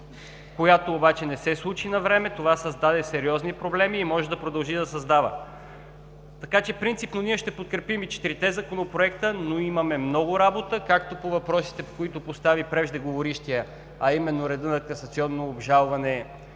която обаче не се случи навреме. Това създаде сериозни проблеми и може да продължи да създава. Принципно ние ще подкрепим и четирите законопроекта, но имаме много работа както по въпросите, които постави преждеговорившият, а именно – редът на касационно обжалване